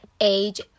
age